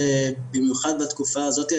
במיוחד בתקופה הזאת,